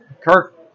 Kirk